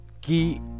key